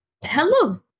Hello